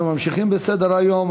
אנחנו ממשיכים בסדר-היום.